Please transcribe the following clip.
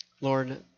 Lord